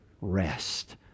rest